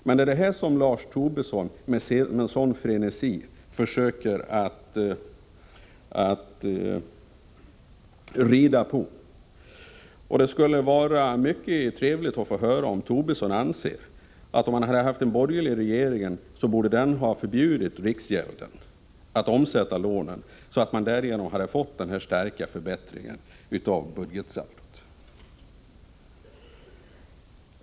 Men det är detta som Lars Tobisson med sådan frenesi försöker rida på. Det skulle vara mycket trevligt att få höra om Lars Tobisson anser att en borgerlig regering, om vi hade haft en sådan, borde ha förbjudit riksgälden att omsätta lånen för att man därmed skulle ha fått denna starka förbättring av budgetsaldot.